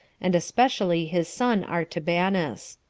and especially his son artabanus.